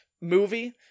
movie